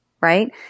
right